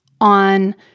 on